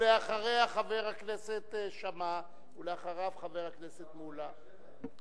ואחריה, חבר הכנסת שאמה, ואחריו, חבר הכנסת מולה.